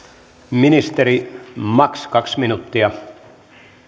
ministeri max kaksi minuuttia